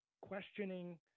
questioning